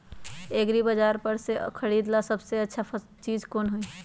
एग्रिबाजार पर से खरीदे ला सबसे अच्छा चीज कोन हई?